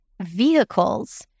vehicles